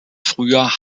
früher